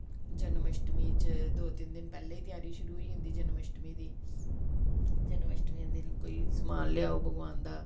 जन्माश्टमी च दो तिन दिन पैह्ले ही तयारी शुरु होई जन्दी जन्माश्टमी दी जन्माश्टमी दे दिन कोई समान लेआओ भगवान दा